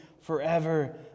forever